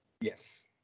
Yes